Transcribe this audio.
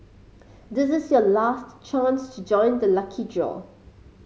this is your last chance to join the lucky draw